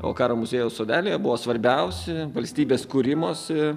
o karo muziejaus sodelyje buvo svarbiausi valstybės kūrimosi